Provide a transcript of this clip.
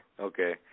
Okay